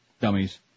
dummies